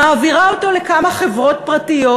מעבירה אותם לכמה חברות פרטיות,